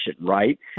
right